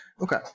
Okay